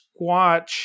Squatch